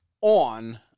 on